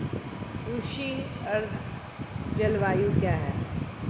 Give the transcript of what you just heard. उष्ण आर्द्र जलवायु क्या है?